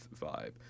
vibe